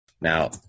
Now